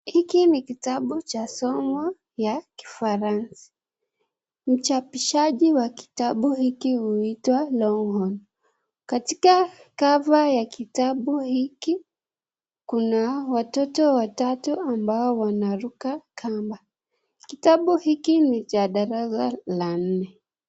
Hiki ni kitabu cha somo ya kifaraza. Mchapishaji wa kitabu hiki uitwa Longhorn. Katika (cs)cover(cs), ya kitabu hiki kuna watoto watatu ambao wanaruka kamba. Kitabu hiki ni cha darasa la nne.